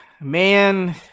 man